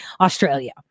Australia